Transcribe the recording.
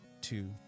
two